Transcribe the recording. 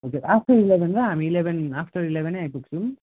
okay after eleven ल हामी eleven after इलेभेनै आइपुग्छौँ